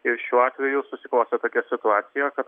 ir šiuo atveju susiklostė tokia situacija kad